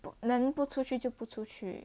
能不出去就不出去